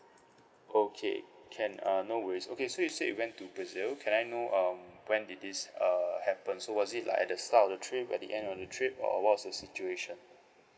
okay can uh no worries okay you said you went to brazil can I know um when did this uh happen so was it like at the start of the trip at the end of the trip or what was the situation